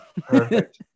Perfect